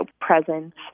presence